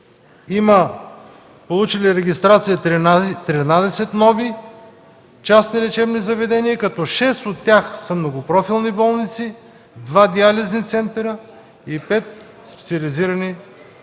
са получили регистрация 13 нови частни лечебни заведения, като шест от тях са многопрофилни болници, два диализни центъра и пет специализирани болници